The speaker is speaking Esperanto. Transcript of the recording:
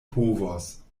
povos